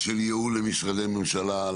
של ייעול למשרדי הממשלה.